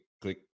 click